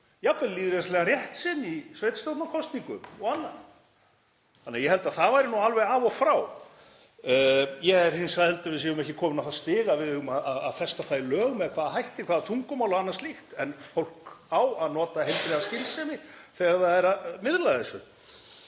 jafnvel lýðræðislegan rétt sinn í sveitarstjórnarkosningum og annað. Þannig að ég held að það væri nú alveg af og frá. Ég held að við séum heldur ekki komin á það stig að við eigum að festa það í lög með hvaða hætti, hvaða tungumál og annað slíkt. En fólk á að nota heilbrigða skynsemi þegar það er að miðla þessu.